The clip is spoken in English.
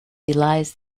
belies